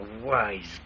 wise